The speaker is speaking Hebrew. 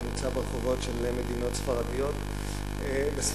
זה נמצא ברחובות של מדינות ספרדיות בספרד,